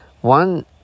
One